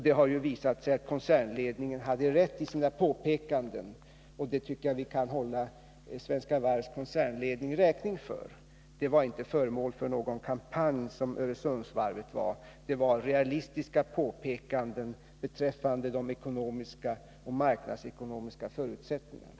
Det har ju visat sig att koncernledningen hade rätt i sina påpekanden, och det tycker jag att vi kan hålla Svenska Varvs koncernledning räkning för. Öresundsvarvet var inte föremål för någon kampanj, utan det var fråga om realistiska påpekanden beträffande de ekonomiska och marknadsekonomiska förutsättningarna.